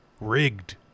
Rigged